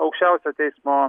aukščiausio teismo